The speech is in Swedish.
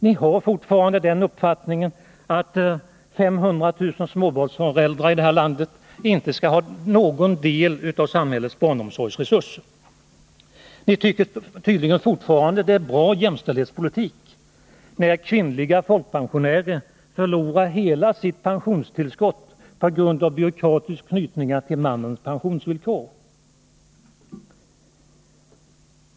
Ni har fortfarande den uppfattningen att 500 000 småbarnsföräldrar i detta land inte skall ha någon del av samhällets barnomsorgsresurser. Nr 47 Ni tycker fortfarande att det är en bra jämställdhetspolitik när kvinnliga folkpensionärer, förlorar hela sitt pensionstillskott på grund av byråkratiska låsningar till mannens pensionsvillkor.